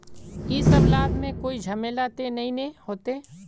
इ सब लाभ में कोई झमेला ते नय ने होते?